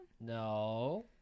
No